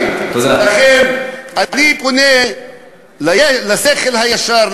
לכן אני פונה לשכל הישר,